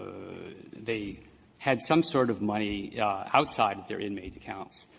they had some sort of money outside of their inmate accounts